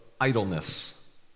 idleness